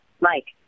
Mike